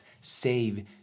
save